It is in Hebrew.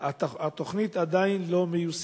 אך התוכנית עדיין לא מיושמת.